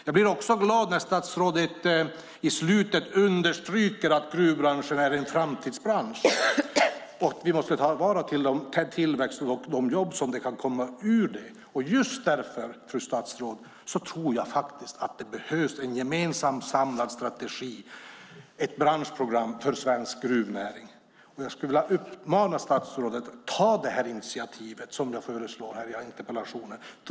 Jag blir också glad när statsrådet i slutet av sitt svar understryker att gruvbranschen är en framtidsbransch och att vi måste ta vara på den tillväxt och de jobb som kan komma ur den. Just därför, fru statsråd, tror jag att det behövs en gemensam samlad strategi och ett branschprogram för svensk gruvnäring. Jag skulle vilja uppmana statsrådet att ta det initiativ som jag föreslår i interpellationen.